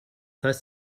heißt